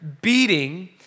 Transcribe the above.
beating